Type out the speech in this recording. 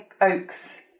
oaks